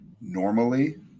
normally